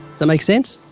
that make sense?